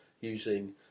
using